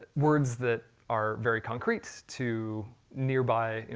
words that are very concrete to nearby,